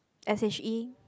s_h_e